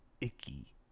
Icky